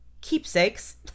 keepsakes